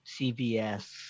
CVS